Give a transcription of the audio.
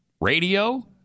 radio